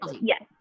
Yes